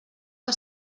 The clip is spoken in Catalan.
que